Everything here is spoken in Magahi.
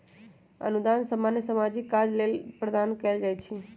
अनुदान सामान्य सामाजिक काज लेल प्रदान कएल जाइ छइ